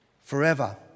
forever